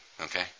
okay